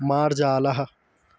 मार्जालः